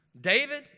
David